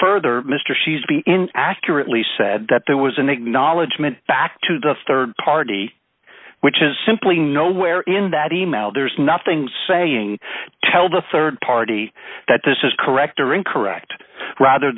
further mr she's be in accurately said that there was an acknowledgement back to the rd party which is simply nowhere in that e mail there's nothing saying tell the rd party that this is correct or incorrect rather